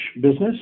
business